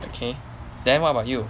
okay then what about you